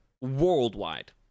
worldwide